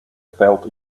felt